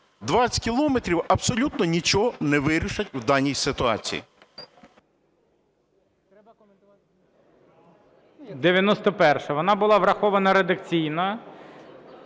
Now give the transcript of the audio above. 20 кілометрів абсолютно нічого не вирішать в даній ситуації.